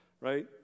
right